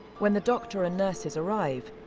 when the doctor and nurses arrive,